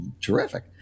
terrific